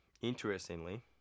Interestingly